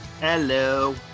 Hello